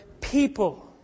people